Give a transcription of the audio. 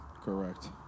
Correct